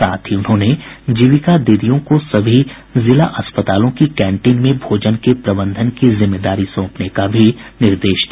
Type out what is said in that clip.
साथ ही उन्होंने जीविका दीदियों को सभी जिला अस्पतालों की कैंटीन में भोजन के प्रबंधन की जिम्मेदारी सौंपने का निर्देश दिया